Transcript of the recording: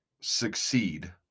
succeed